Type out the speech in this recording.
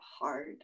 hard